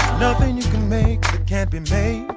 nothing you can make. can't be may